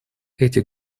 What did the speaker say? эти